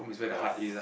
your